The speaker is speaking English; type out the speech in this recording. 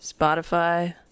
Spotify